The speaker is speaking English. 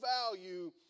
value